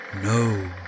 No